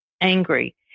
angry